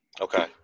Okay